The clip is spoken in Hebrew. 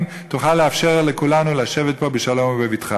יוכלו לאפשר לכולנו לשבת פה בשלום ובבטחה.